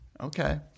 Okay